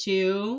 Two